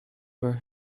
were